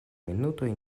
minutoj